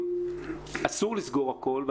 אסור לסגור הכול,